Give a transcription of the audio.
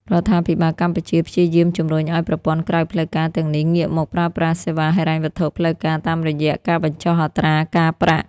រដ្ឋាភិបាលកម្ពុជាព្យាយាមជម្រុញឱ្យប្រព័ន្ធក្រៅផ្លូវការទាំងនេះ ងាកមកប្រើប្រាស់សេវាហិរញ្ញវត្ថុផ្លូវការតាមរយៈការបញ្ចុះអត្រាការប្រាក់។